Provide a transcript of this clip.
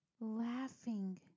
Laughing